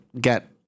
get